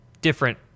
different